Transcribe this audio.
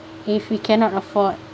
if we cannot afford